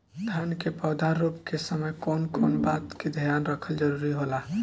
धान के पौधा रोप के समय कउन कउन बात के ध्यान रखल जरूरी होला?